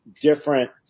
different